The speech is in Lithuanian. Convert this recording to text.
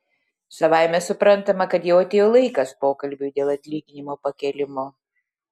savaime suprantama kad jau atėjo laikas pokalbiui dėl atlyginimo pakėlimo